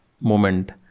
moment